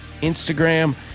Instagram